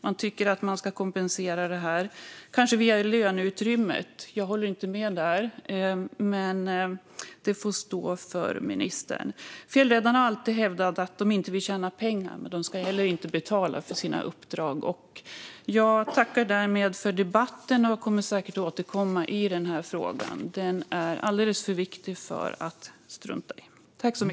Han tycker att man ska kompensera det här, kanske via löneutrymmet. Jag håller inte med där. Men det får stå för ministern. Fjällräddarna har alltid hävdat att de inte vill tjäna pengar, men de ska heller inte betala för sina uppdrag. Jag tackar för debatten och kommer säkert att återkomma i den här frågan. Den är alldeles för viktig för att strunta i.